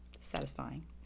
Satisfying